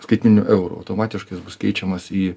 skaitmeniniu euru automatiškai bus keičiamas į